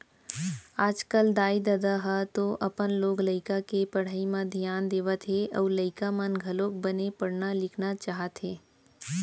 आजकल दाई ददा ह तो अपन लोग लइका के पढ़ई म धियान देवत हे अउ लइका मन घलोक बने पढ़ना लिखना चाहत हे